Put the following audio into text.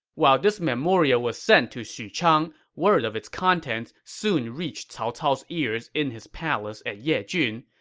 while this memorial was sent to xuchang, word of its contents soon reached cao cao's ears in his palace at yejun,